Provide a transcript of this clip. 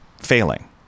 failing